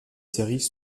séries